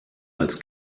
als